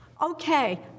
Okay